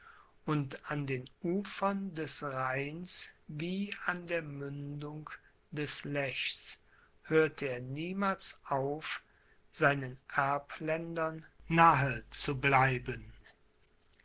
und an den ufern des rheins wie an der mündung des lechs hörte er niemals auf seinen erbländern nahe zu bleiben